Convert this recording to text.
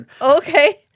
okay